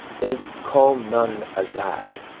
they call none azad,